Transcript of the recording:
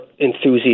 enthusiasts